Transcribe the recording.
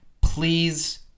Please